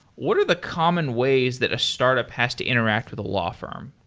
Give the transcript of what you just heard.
what are the common ways that a startup has to interact with a law firm?